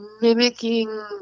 mimicking